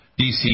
DC